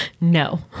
no